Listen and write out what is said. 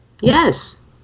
yes